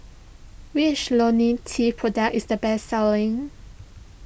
which Lonil T product is the best selling